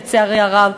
לצערי הרב,